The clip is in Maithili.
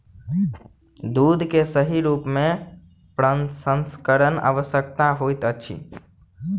दूध के सही रूप में प्रसंस्करण आवश्यक होइत अछि